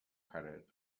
credit